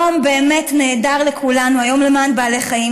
יום נהדר לכולנו, היום למען בעלי חיים.